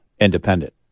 independent